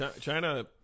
China